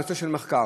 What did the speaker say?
בנושא של מחקר?